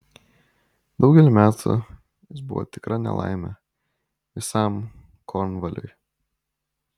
daugelį metų jis buvo tikra nelaimė visam kornvaliui